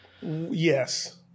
Yes